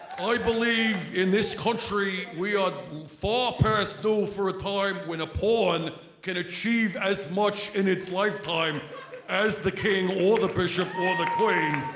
i believe in this country we are far past due for a time when a pawn can achieve as much in its lifetime as the king or the bishop or the queen